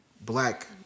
black